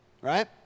right